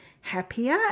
happier